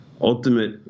ultimate